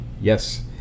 Yes